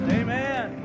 amen